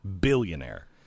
billionaire